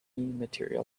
material